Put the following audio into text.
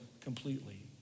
completely